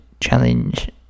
challenge